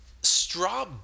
straw